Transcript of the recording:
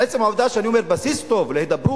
עצם העובדה שאני אומר בסיס טוב להידברות,